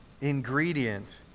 ingredient